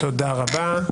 תודה רבה.